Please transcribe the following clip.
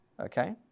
okay